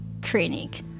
clinic